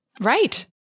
Right